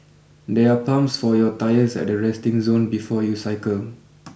there are pumps for your tyres at the resting zone before you cycle